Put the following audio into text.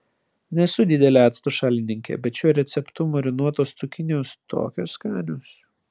nesu didelė acto šalininkė bet šiuo receptu marinuotos cukinijos tokios skanios